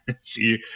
see